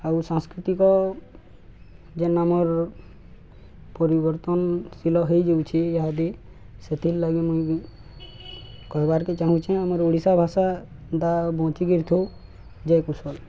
ଆଉ ସାଂସ୍କୃତିକ ଯେନ୍ ଆମର୍ ପରିବର୍ତ୍ତନଶୀଳ ହେଇଯାଉଛି ହାଦି ସେଥିର୍ଲାଗି ମୁଇଁ ବି କହିବାର୍କେ ଚାହୁଁଛେ ଆମର ଓଡ଼ିଶା ଭାଷା ଦା ବଞ୍ଚିକିର୍ ଥାଉ ଜୟ କୁଶଲ